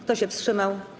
Kto się wstrzymał?